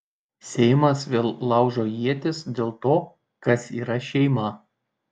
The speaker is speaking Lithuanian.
seimas vėl laužo ietis dėl to kas yra šeima